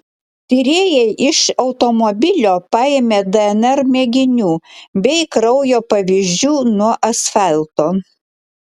tyrėjai iš automobilio paėmė dnr mėginių bei kraujo pavyzdžių nuo asfalto